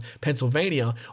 Pennsylvania